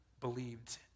believed